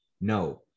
No